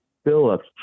Phillips